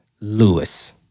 Lewis